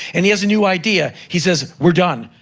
and he has a new idea. he says, we're done.